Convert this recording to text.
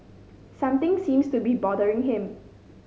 something seems to be bothering him